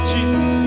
Jesus